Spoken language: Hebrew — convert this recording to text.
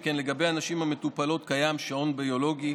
שכן לגבי הנשים המטופלות קיים שעון ביולוגי,